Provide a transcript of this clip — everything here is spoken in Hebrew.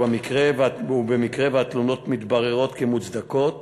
במקרה שהתלונות מתבררות כמוצדקות